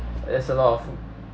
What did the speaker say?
there's a lot of